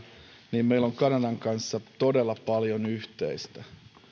niin meillä on kanadan kanssa todella paljon yhteistä